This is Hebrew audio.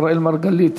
אראל מרגלית,